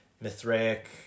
mithraic